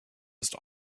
ist